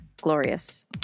glorious